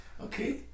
Okay